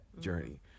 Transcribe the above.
journey